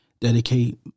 dedicate